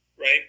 right